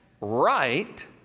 right